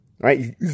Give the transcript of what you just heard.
Right